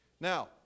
Now